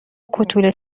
کوتوله